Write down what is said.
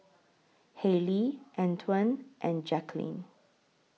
Haylie Antwan and Jaqueline